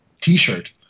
t-shirt